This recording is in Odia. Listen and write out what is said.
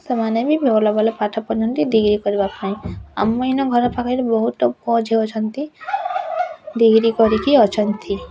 ସେମାନେ ବି ଭଲ ଭଲ ପାଠ ପଢ଼ନ୍ତି ଡିଗ୍ରୀ କରିବାପାଇଁ ଆମେ ଏଇନେ ଘର ପାଖରେ ବହୁତ ପୁଅ ଝିଅ ଅଛନ୍ତି ଡିଗ୍ରୀ କରିକି ଅଛନ୍ତି